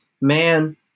man